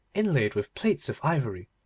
inlaid with plates of ivory,